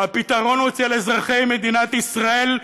הפתרון הוא אצל אזרחי מדינת ישראל.